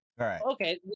Okay